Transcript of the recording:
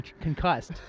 concussed